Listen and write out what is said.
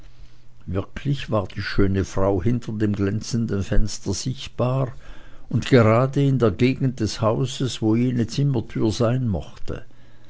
wirklich war die schöne frau hinter dem glänzenden fenster sichtbar und gerade in der gegend des hauses wo jene zimmertür sein mochte